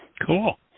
Cool